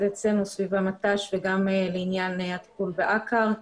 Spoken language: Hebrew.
אצלנו סביב המט"ש וגם לעניין הטיפול בעקר,